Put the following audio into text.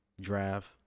draft